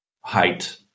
height